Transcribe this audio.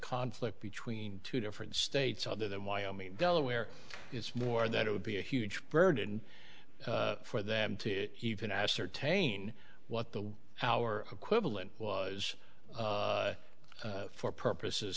conflict between two different states other than wyoming delaware it's more that it would be a huge burden for them to even ascertain what the our equivalent is for purposes